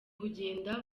kugenda